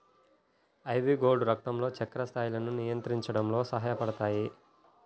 ivy gourd రక్తంలో చక్కెర స్థాయిలను నియంత్రించడంలో సహాయపడతాయి